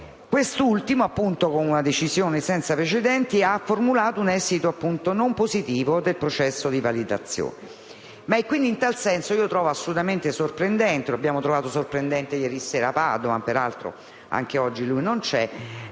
Quest'ultimo, con una decisione senza precedenti, ha formulato un esito non positivo del processo di validazione. In tal senso, trovo assolutamente sorprendente, come abbiamo trovato sorprendente ieri sera il ministro Padoan, che peraltro oggi è assente,